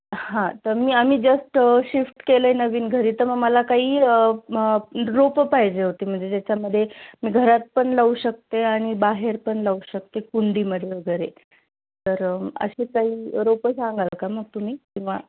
हां तर मी आम्ही जस्ट शिफ्ट केलं आहे नवीन घरी तर मग मला काही मग रोपं पाहिजे होते म्हणजे ज्याच्यामध्ये मी घरात पण लावू शकते आणि बाहेर पण लावू शकते कुंडीमध्ये वगैरे तर असे काही रोपं सांगाल का मग तुम्ही किंवा